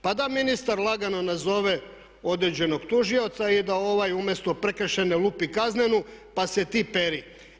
Pa da ministar lagano nazove određenog tužioca i da ovaj umjesto prekršajne lupi kaznenu pa se ti peri.